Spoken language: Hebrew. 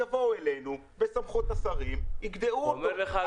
יבואו אלינו בסמכות השרים ויגדעו אותו,